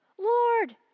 Lord